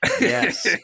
yes